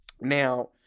Now